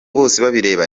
bosebabireba